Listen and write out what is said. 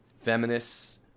feminists